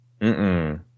Mm-mm